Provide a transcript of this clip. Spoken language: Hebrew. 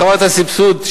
הרחבת הסבסוד,